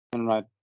Right